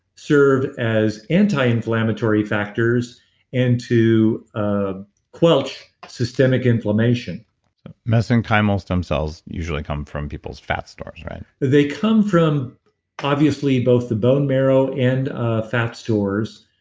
serve as anti-inflammatory factors and to ah squelch systemic inflammation mesenchymal stem cells usually come from people's fat stores, right? they come from obviously both the bone marrow and ah fat stores.